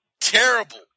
Terrible